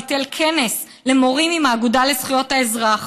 ביטל כנס למורים עם האגודה לזכויות האזרח